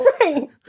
Right